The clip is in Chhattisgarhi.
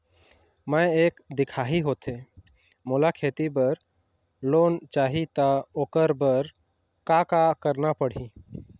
मैं एक दिखाही होथे मोला खेती बर लोन चाही त ओकर बर का का करना पड़ही?